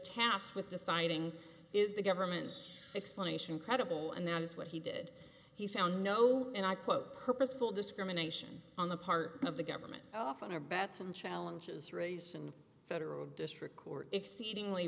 tasked with deciding is the government's explanation credible and that is what he did he found no and i quote purposeful discrimination on the part of the government oh often our bets and challenges raise and federal district court exceedingly